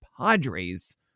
Padres